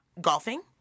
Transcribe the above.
golfing